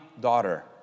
daughter